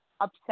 upset